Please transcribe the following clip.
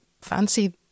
fancy